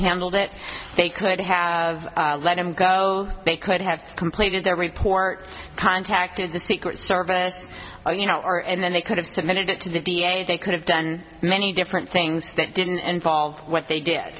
handled it they could have let him go they could have completed their report contacted the secret service or you know or and then they could have submitted it to the d a they could have done many different things that didn't involve what they did